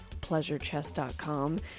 pleasurechest.com